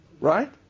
right